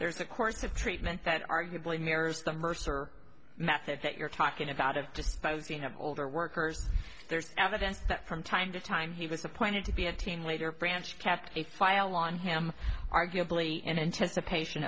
there's a course of treatment that arguably mirrors the mercer method that you're talking about of disposing of older workers there's evidence that from time to time he was appointed to be a team leader branch kept a file on him arguably in interest a patient